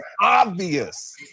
obvious